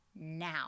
now